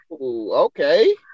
Okay